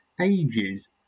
ages